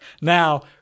Now